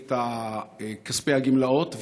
את כספי הגמלאות,